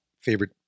Favorite